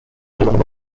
along